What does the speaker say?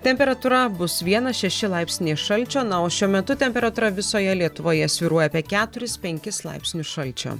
temperatūra bus vienas šeši laipsniai šalčio na o šiuo metu temperatūra visoje lietuvoje svyruoja apie keturis penkis laipsnius šalčio